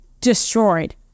Destroyed